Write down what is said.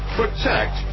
protect